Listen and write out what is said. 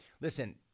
Listen